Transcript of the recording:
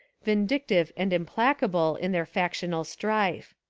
vin dictive and implacable in their factional strife.